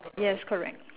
yes correct